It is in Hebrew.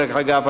דרך אגב,